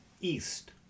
east